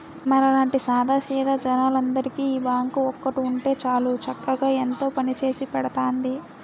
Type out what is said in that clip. మనలాంటి సాదా సీదా జనాలందరికీ ఈ బాంకు ఒక్కటి ఉంటే చాలు చక్కగా ఎంతో పనిచేసి పెడతాంది